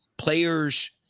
Players